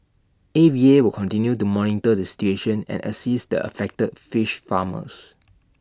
A V A will continue to monitor the situation and assist the affected fish farmers